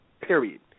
Period